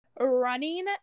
running